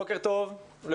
בוקר טוב לכולם.